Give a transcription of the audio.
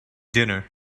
dinner